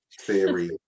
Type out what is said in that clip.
theory